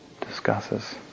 discusses